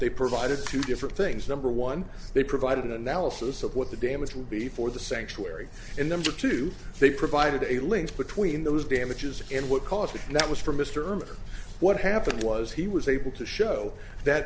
they provided two different things number one they provided an analysis of what the damage would be for the sanctuary and number two they provided a link between those damages and what cost that was for mr herman what happened was he was able to show that